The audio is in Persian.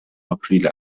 آپریل